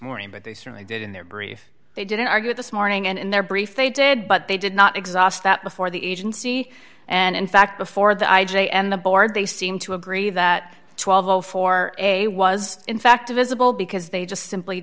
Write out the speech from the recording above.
morning but they certainly did in their brief they didn't argue this morning and in their brief they did but they did not exhaust that before the agency and in fact before the i j a and the board they seem to agree that twelve o four a was in fact divisible because they just simply